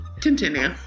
Continue